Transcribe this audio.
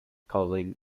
calling